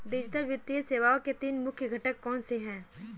digital वित्तीय सेवाओं के तीन मुख्य घटक कौनसे हैं